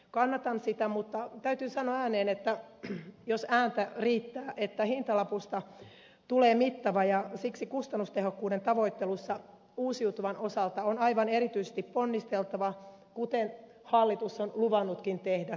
kannatan sitä mutta täytyy sanoa ääneen jos ääntä riittää että hintalapusta tulee mittava ja siksi kustannustehokkuuden tavoittelussa uusiutuvan osalta on aivan erityisesti ponnisteltava kuten hallitus on luvannutkin tehdä